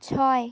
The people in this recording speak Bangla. ছয়